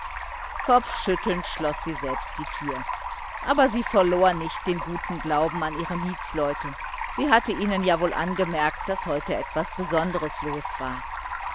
kopfschüttelnd schloß sie selbst die türe aber sie verlor nicht den guten glauben an ihre mietsleute sie hatte ihnen ja wohl angemerkt daß heute etwas besonderes los war